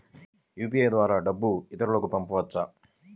UPI ద్వారా డబ్బు ఇతరులకు పంపవచ్చ?